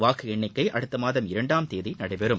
வாக்கு எண்ணிக்கை அடுத்த மாதம் இரண்டாம் தேதி நடைபெறும்